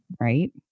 right